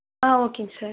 ஆ ஓகேங்க சார்